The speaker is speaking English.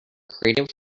creative